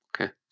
Okay